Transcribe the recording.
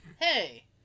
hey